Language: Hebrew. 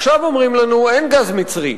עכשיו אומרים לנו: אין גז מצרי,